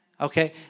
Okay